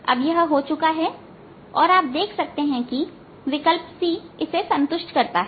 अब यह हो चुका है और आप देख सकते हैं कि विकल्प C इसे संतुष्ट करता है